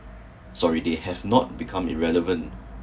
sorry they not have become irrelevant